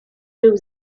był